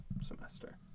semester